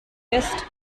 ist